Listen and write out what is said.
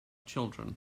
children